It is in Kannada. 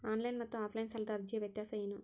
ಆನ್ಲೈನ್ ಮತ್ತು ಆಫ್ಲೈನ್ ಸಾಲದ ಅರ್ಜಿಯ ವ್ಯತ್ಯಾಸ ಏನು?